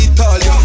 Italy